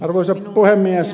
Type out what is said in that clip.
arvoisa puhemies